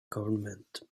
government